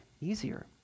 easier